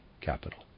capital